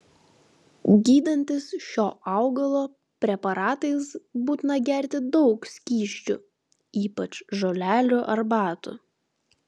gydantis šio augalo preparatais būtina gerti daug skysčių ypač žolelių arbatų